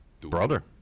Brother